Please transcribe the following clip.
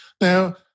Now